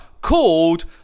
called